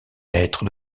maître